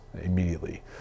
immediately